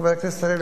חבר הכנסת אריאל,